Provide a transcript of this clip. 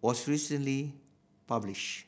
was recently published